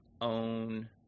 own